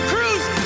Cruise